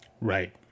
Right